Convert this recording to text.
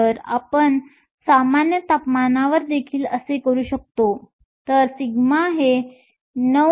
तर आपण सामान्य तापमानावर देखील असे करू शकतो तर σ हे 9